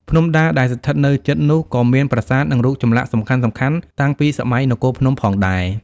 ភ្នំដា ដែលស្ថិតនៅជិតនោះ ក៏មានប្រាសាទ និងរូបចម្លាក់សំខាន់ៗតាំងពីសម័យនគរភ្នំផងដែរ។